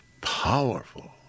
powerful